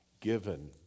given